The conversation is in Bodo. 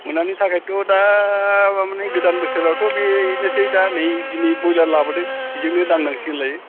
मोनानि थाखायथ' दा माने गोदान बोसोरावथ' बेनोसै दा नै दिनै बयलार लाबोदों बेजोंनो दांनांसिगोनलायो